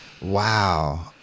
wow